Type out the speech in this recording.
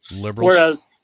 Whereas